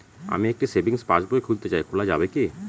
আমি একটি সেভিংস পাসবই খুলতে চাই খোলা যাবে কি?